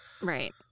Right